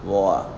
我啊